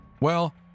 Well